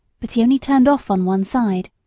but he only turned off on one side.